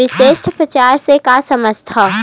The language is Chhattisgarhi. विशिष्ट बजार से का समझथव?